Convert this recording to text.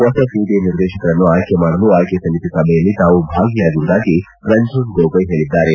ಹೊಸ ಸಿಬಿಐ ನಿರ್ದೇಶಕರನ್ನು ಆಯ್ತೆ ಮಾಡಲು ಆಯ್ತೆ ಸಮಿತಿ ಸಭೆಯಲ್ಲಿ ತಾವು ಭಾಗಿಯಾಗುವುದಾಗಿ ರಂಜನ್ ಗೊಗೋಯ್ ಹೇಳಿದ್ದಾರೆ